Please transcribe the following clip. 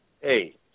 hey